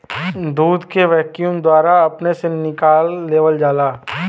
दूध के वैक्यूम द्वारा अपने से निकाल लेवल जाला